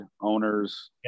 owners